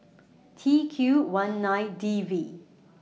T Q one nine D V